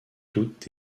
toutes